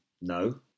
no